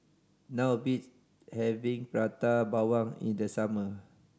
not of beats having Prata Bawang in the summer